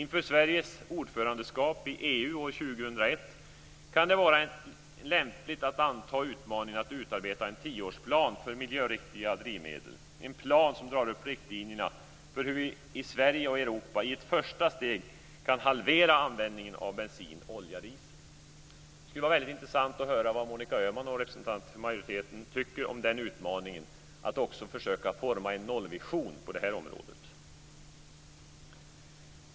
Inför Sveriges ordförandeskap i EU år 2001 kan det vara lämpligt att anta utmaningen att utarbeta en tioårsplan för miljöriktiga drivmedel, en plan som drar upp riktlinjerna för hur vi i Sverige och Europa i ett första steg kan halvera användningen av bensin, olja och diesel. Det skulle vara väldigt intressant att höra vad Monica Öhman och representanterna för majoriteten tycker om den utmaningen, att också försöka forma en nollvision på detta område.